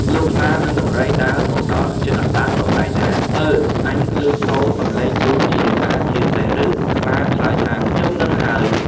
លុះខ្លា និងដំរីដើរមកដល់ជិត អណ្ដើកក៏ស្រែកថា៖ "អើ អញឮសូរសម្លេងដូចជាអាជាសេះឬ?" ខ្លាឆ្លើយថា៖ "ខ្ញុំហ្នឹងហើយ"។